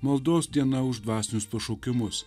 maldos diena už dvasinius pašaukimus